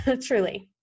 truly